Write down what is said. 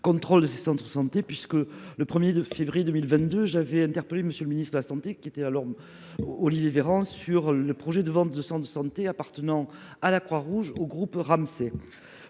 contrôle de ses cendres santé puisque le premier de février 2022, j'avais interpellé Monsieur le Ministre de la Santé qui était alors. Olivier Véran sur le projet de vente de centre de santé appartenant à la Croix-Rouge au groupe Ramsey.